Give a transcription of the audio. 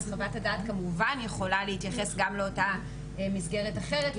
אז חוות הדעת כמובן יכולה להתייחס גם לאותה מסגרת אחרת ולהפנות.